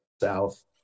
south